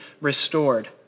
restored